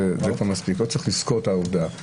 לא צריך לזכור את העובדה עצמה.